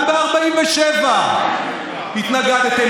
גם ב-1947 התנגדתם.